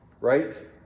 right